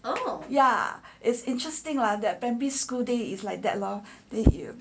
oh ya it's interesting lah that primary school day is like that lor then you